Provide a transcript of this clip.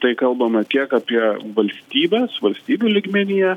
tai kalbame tiek apie valstybes valstybių lygmenyje